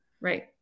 Right